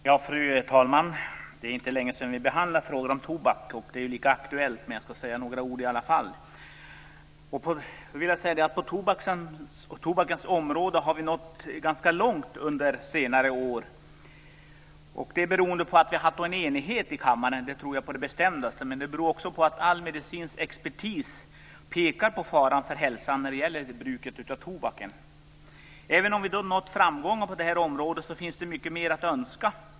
Fru talman! Det är inte länge sedan vi behandlade frågan om tobak. Den är lika aktuell, så jag skall säga några ord. På tobakens område har vi nått ganska långt under senare år, detta beroende på att vi haft enighet i denna kammare - det tror jag på det bestämdaste - men också på grund av att all medicinsk expertis pekar på faran för hälsan när det gäller bruk av tobak. Även om vi nått framgångar på detta område finns mycket mer att önska.